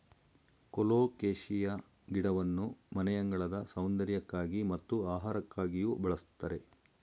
colocasia ಗಿಡವನ್ನು ಮನೆಯಂಗಳದ ಸೌಂದರ್ಯಕ್ಕಾಗಿ ಮತ್ತು ಆಹಾರಕ್ಕಾಗಿಯೂ ಬಳ್ಸತ್ತರೆ